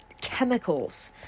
chemicals